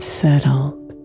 settled